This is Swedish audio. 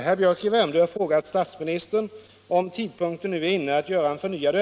167, till herr statsministern, och anförde: Herr talman!